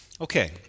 Okay